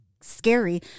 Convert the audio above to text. scary